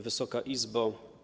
Wysoka Izbo!